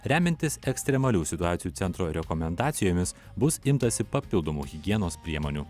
remiantis ekstremalių situacijų centro rekomendacijomis bus imtasi papildomų higienos priemonių